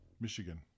Michigan